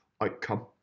outcome